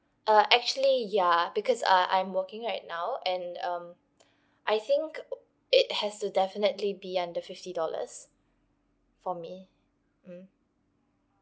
uh actually ya because uh I'm working right now and um I think it has to definitely be under fifty dollars for me mm